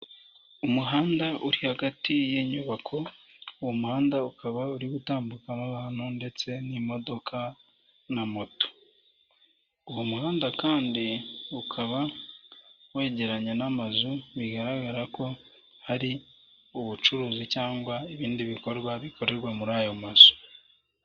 Umuhanda uri hagati y'inyubako, uwo muhanda ukaba uri gutambukaho abantu ndetse n'imodoka na moto, uwo muhanda kandi ukaba wegeranye n'amazu bigaragara ko hari ubucuruzi cyangwa ibindi ibikorwa bikorerwa muri ayo mazu.